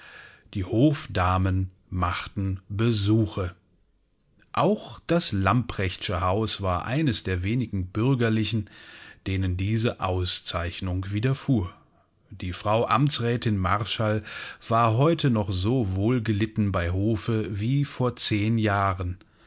die hofdamen machten besuche auch das lamprechtsche haus war eines der wenigen bürgerlichen denen diese auszeichnung widerfuhr die frau amtsrätin marschall war heute noch so wohlgelitten bei hofe wie vor zehn jahren